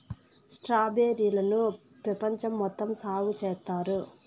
strawberry లను పెపంచం మొత్తం సాగు చేత్తారు